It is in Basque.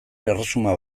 erresuma